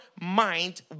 mind